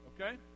okay